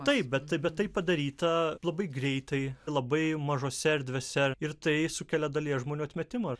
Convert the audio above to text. taip bet tai bet tai padaryta labai greitai labai mažose erdvėse ir tai sukelia dalies žmonių atmetimą